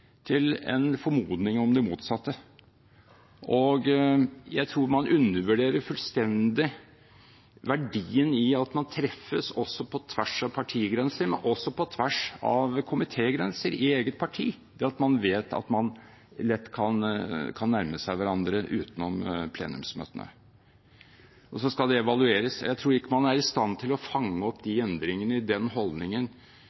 til en formodning om det motsatte. Jeg tror man fullstendig undervurderer verdien i at man treffes på tvers av partigrenser, og også på tvers av komitégrenser i eget parti, det at man vet at man lett kan nærme seg hverandre utenom plenumsmøtene. Dette skal evalueres, men jeg tror ikke man er i stand til å fange opp